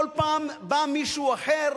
כל פעם בא מישהו אחר